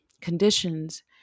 conditions